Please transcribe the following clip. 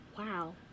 wow